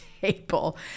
table